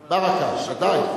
ברכָה, ודאי.